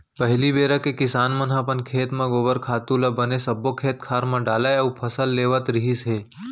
पहिली बेरा के किसान मन ह अपन खेत म गोबर खातू ल बने सब्बो खेत खार म डालय अउ फसल लेवत रिहिस हे